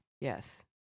Yes